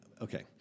Okay